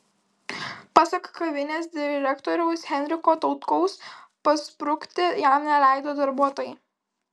pasak kavinės direktoriaus henriko tautkaus pasprukti jam neleido darbuotojai